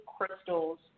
crystals